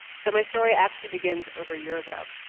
so my story actually begins over a year ago.